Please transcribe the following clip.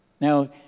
Now